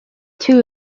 two